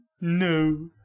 No